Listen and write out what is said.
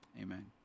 Amen